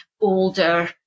older